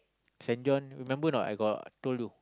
Saint-John remember not I got told you